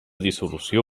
dissolució